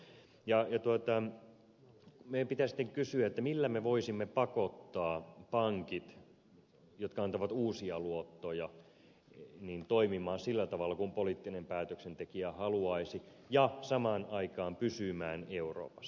meidän pitää sitten kysyä millä me voisimme pakottaa pankit jotka antavat uusia luottoja toimimaan sillä tavalla kuin poliittinen päätöksentekijä haluaisi ja samaan aikaan pysymään euroopassa